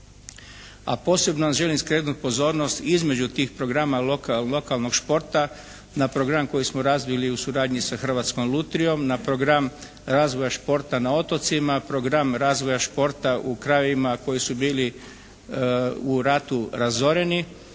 a posebno vam želim skrenuti pozornost između tih programa lokalnog športa na program koji smo razvili u suradnji sa Hrvatskom lutrijom, na program razvoja športa na otocima, program razvoja športa u krajevima koji su bili u ratu razoreni